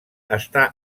està